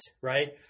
right